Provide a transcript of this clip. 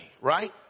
right